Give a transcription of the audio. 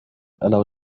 allow